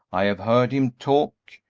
i have heard him talk.